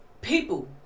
People